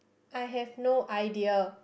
I have no idea